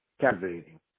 captivating